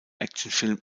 actionfilm